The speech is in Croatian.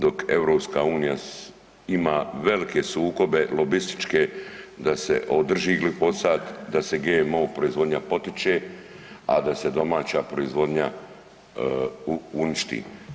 Dok Europska unija ima velike sukobe lobističke da se održi glikosat, da se GMO proizvodnja potiče, a da se domaća proizvodnja uništi.